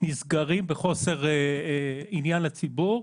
נסגרים בחוסר עניין לציבור,